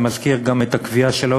אני מזכיר גם את הקביעה של ה-OECD,